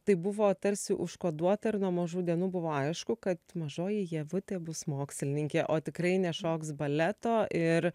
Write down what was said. tai buvo tarsi užkoduota ir nuo mažų dienų buvo aišku kad mažoji ievutė bus mokslininkė o tikrai nešoks baleto ir